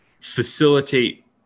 facilitate